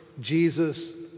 Jesus